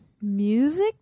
Music